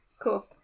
Cool